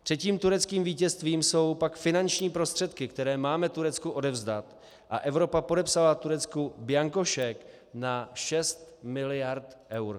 Třetím tureckým vítězstvím jsou pak finanční prostředky, které máme Turecku odevzdat, a Evropa podepsala Turecku bianko šek na 6 miliard eur.